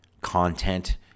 content